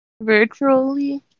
Virtually